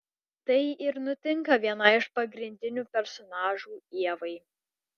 tai ir nutinka vienai iš pagrindinių personažų ievai